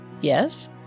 Yes